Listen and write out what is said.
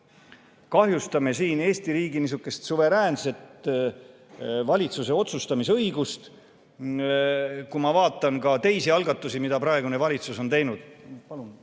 kahjustame siin praegu Eesti riigi suveräänset valitsuse otsustamisõigust. Kui ma vaatan ka teisi algatusi, mida praegune valitsus on teinud